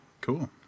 cool